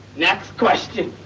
next question.